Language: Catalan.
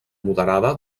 moderada